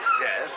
Yes